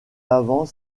avant